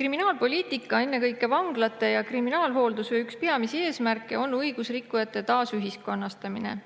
Kriminaalpoliitika, ennekõike vanglate ja kriminaalhoolduse peamisi eesmärke on õigusrikkujate taasühiskonnastamine.